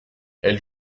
elle